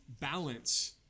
balance